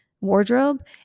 wardrobe